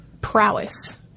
prowess